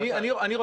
אני לא מבין.